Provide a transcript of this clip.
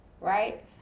right